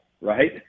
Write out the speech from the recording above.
right